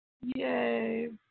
Yay